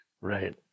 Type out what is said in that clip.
right